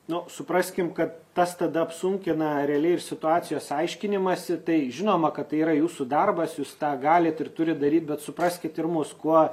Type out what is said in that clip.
nu supraskim kad tas tada apsunkina realiai ir situacijos aiškinimąsi tai žinoma kad tai yra jūsų darbas jūs tą galit ir turit daryt bet supraskit ir mus kuo